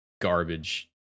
garbage